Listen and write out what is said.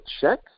check